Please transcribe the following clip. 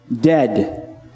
Dead